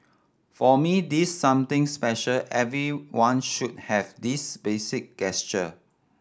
for me this something special everyone should have this basic gesture